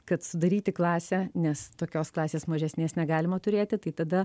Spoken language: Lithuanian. kad sudaryti klasę nes tokios klasės mažesnės negalima turėti tai tada